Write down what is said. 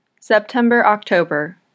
September-October